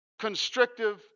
constrictive